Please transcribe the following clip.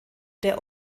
der